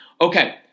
Okay